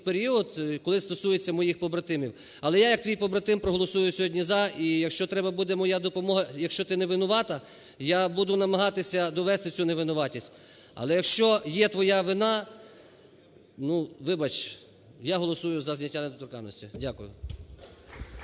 період, коли стосується моїх побратимів. Але я як твій побратим проголосую сьогодні "за", і якщо треба буде моя допомога, якщо ти невинувата, я буду намагатися довести цю невинуватість. Але, якщо є твоя вина, ну вибач, я голосую за зняття недоторканності. Дякую.